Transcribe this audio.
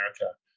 America